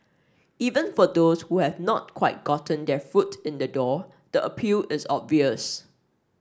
even for those who have not quite gotten their foot in the door the appeal is obvious